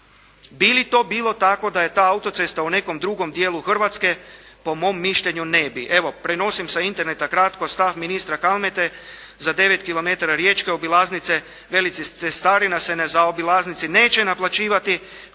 Bi li to bilo tako da je ta autocesta u nekom drugom dijelu Hrvatske? Po mom mišljenju ne bi. Evo, prenosim sa Interneta kratko stav ministra Kalmete za 9 kilometara riječke obilaznice, veli cestarina se na zaobilaznici neće naplaćivati